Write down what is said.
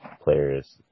players